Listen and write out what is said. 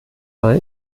york